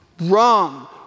Wrong